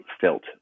felt